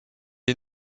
est